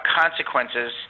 consequences